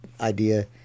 idea